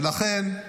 ולכן,